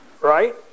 Right